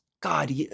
God